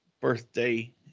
birthday